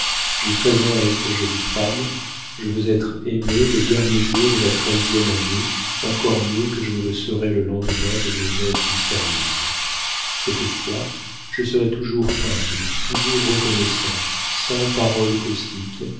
j'ai treize ans à être jolie femme je veux être aimée le dernier jour de la treizième année encore mieux que je ne le serai le lendemain de mes noces mystérieuses cette fois je serai toujours humble toujours reconnaissante sans parole caustique